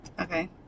Okay